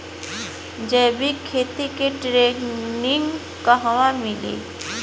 जैविक खेती के ट्रेनिग कहवा मिली?